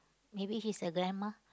maybe he's a grandma